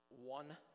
one